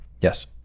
Yes